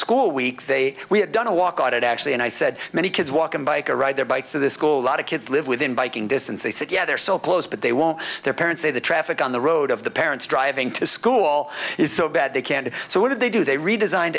school week they we had done a walkout actually and i said many kids walk in bike or ride their bikes to this school a lot of kids live within biking distance they said yeah they're so close but they won't their parents say the traffic on the road of the parents driving to school is so bad they can't so what do they do they redesigned